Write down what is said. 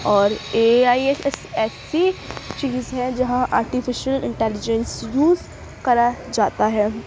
اور A I ایک ایسی چیز ہے جہاں آرٹیفیشیل انٹیلیجنس یوز کرا جاتا ہے